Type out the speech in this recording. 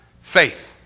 Faith